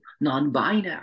non-binary